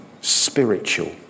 spiritual